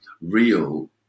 real